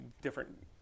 different